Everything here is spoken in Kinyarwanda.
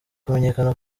kumenyekana